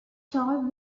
toll